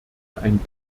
ein